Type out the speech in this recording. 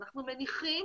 אנחנו מניחים